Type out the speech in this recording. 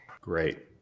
Great